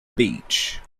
beach